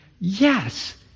yes